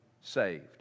saved